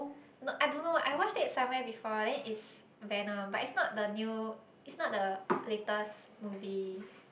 no I don't know I watched it somewhere before then its venom but its not the new its not the latest movie